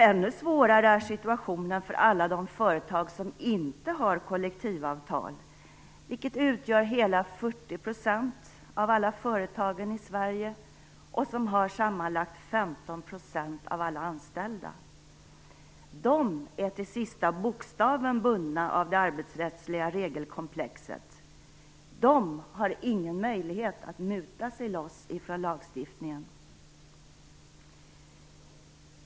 Ännu svårare är situationen för alla de företag som inte har kollektivavtal, vilket utgör hela 40 % av företagen i Sverige som har sammanlagt 15 % av alla anställda. De är till sista bokstaven bundna av det arbetsrättsliga regelkomplexet. De har ingen möjlighet att muta sig loss från lagstiftningen.